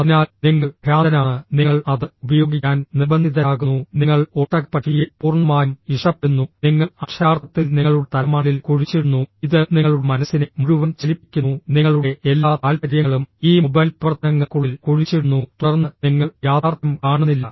അതിനാൽ നിങ്ങൾ ഭ്രാന്തനാണ് നിങ്ങൾ അത് ഉപയോഗിക്കാൻ നിർബന്ധിതരാകുന്നു നിങ്ങൾ ഒട്ടകപ്പക്ഷിയെ പൂർണ്ണമായും ഇഷ്ടപ്പെടുന്നു നിങ്ങൾ അക്ഷരാർത്ഥത്തിൽ നിങ്ങളുടെ തല മണലിൽ കുഴിച്ചിടുന്നു ഇത് നിങ്ങളുടെ മനസ്സിനെ മുഴുവൻ ചലിപ്പിക്കുന്നു നിങ്ങളുടെ എല്ലാ താൽപ്പര്യങ്ങളും ഈ മൊബൈൽ പ്രവർത്തനങ്ങൾക്കുള്ളിൽ കുഴിച്ചിടുന്നു തുടർന്ന് നിങ്ങൾ യാഥാർത്ഥ്യം കാണുന്നില്ല